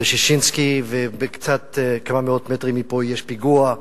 בששינסקי וכמה מאות מטרים מפה יש פיגוע,